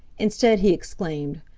instead, he exclaimed,